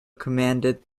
commanded